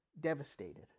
devastated